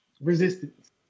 resistance